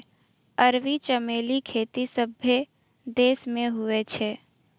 अरबी चमेली खेती सभ्भे देश मे हुवै छै